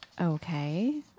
Okay